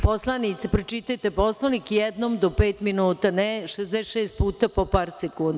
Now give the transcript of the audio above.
Poslanice, pročitajte Poslovnik, jednom do pet minuta, ne 66 puta po par sekundi.